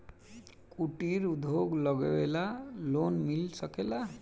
कुटिर उद्योग लगवेला लोन मिल सकेला?